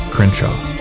Crenshaw